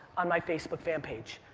on my facebook fan page.